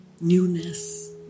Newness